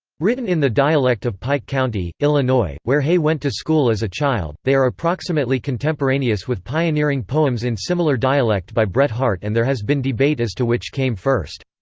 written in the dialect of pike county, illinois, where hay went to school as a child, they are approximately contemporaneous with pioneering poems in similar dialect by bret harte and there has been debate as to which came first.